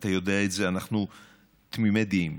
אתה יודע את זה ואנחנו תמימי דעים,